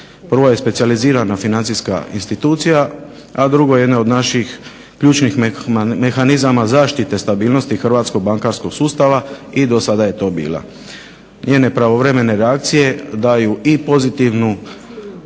prvo je specijalizirana financijska institucija, a drugo jedna od naših mehanizama zaštite stabilnosti Hrvatskog bankarskog sustava i do sada je to bila. Njene pravovremene reakcije daju i pozitivni